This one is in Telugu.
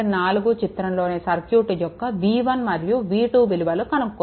4 చిత్రంలోని సర్క్యూట్ యొక్క v1 మరియు v2 విలువలు కనుక్కోవాలి